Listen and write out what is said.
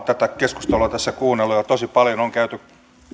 tätä keskustelua tässä kuunnellut ja tosi paljon on